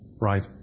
right